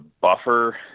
buffer